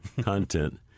content